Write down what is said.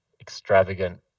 extravagant